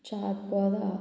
Chapora